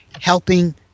helping